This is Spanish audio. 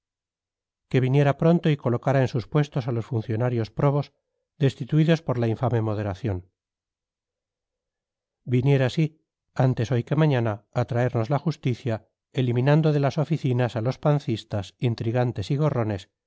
que viniera pronto y colocara en sus puestos a los funcionarios probos destituidos por la infame moderación viniera sí antes hoy que mañana a traernos la justicia eliminando de las oficinas a los pancistas intrigantes y gorrones